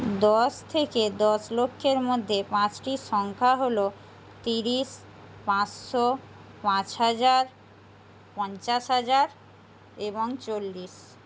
দশ থেকে দশ লক্ষের মধ্যে পাঁচটি সংখ্যার হলো তিরিশ পাঁচশো পাঁচ হাজার পঞ্চাশ হাজার এবং চল্লিশ